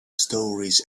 stories